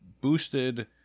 boosted